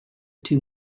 two